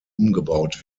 umgebaut